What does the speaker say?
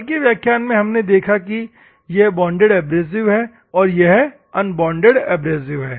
कल के व्याख्यान में हमने देखा था कि यह बॉन्डेड एब्रेसिव है और यह अनबॉन्डेड एब्रेसिव है